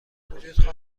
وجود